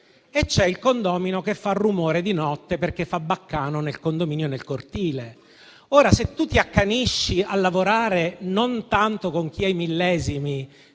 e c'è il condomino che fa rumore di notte perché fa baccano nel condominio e nel cortile. Ora se tu ti accanisci a lavorare, non tanto con chi ha i millesimi,